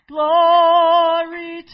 Glory